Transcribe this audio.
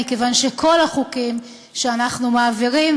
מכיוון שכל החוקים שאנחנו מעבירים,